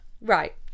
right